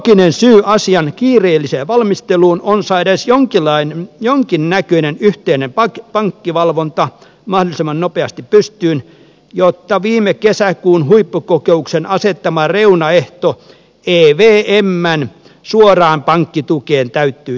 looginen syy asian kiireelliseen valmisteluun on saada edes jonkinnäköinen yhteinen pankkivalvonta mahdollisimman nopeasti pystyyn jotta viime kesäkuun huippukokouksen asettama reunaehto evmn suoraan pankkitukeen täyttyisi